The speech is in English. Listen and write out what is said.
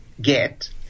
get